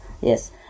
yes